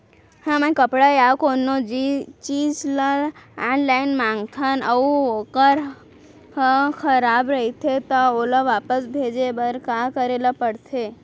हमन कपड़ा या कोनो चीज ल ऑनलाइन मँगाथन अऊ वोकर ह खराब रहिये ता ओला वापस भेजे बर का करे ल पढ़थे?